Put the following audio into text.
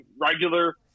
regular